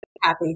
happy